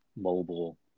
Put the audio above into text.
mobile